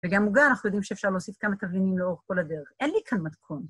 וגם מוגן, אנחנו יודעים שאפשר להוסיף כמה תבלינים לאורך כל הדרך, אין לי כאן מתכון.